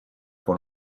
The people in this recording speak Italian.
con